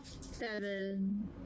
seven